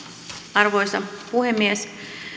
arvoisa puhemies